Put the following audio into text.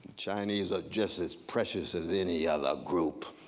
chinese are just as precious as any other group.